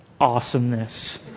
awesomeness